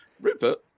Rupert